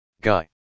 Guy